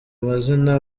amazina